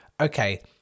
okay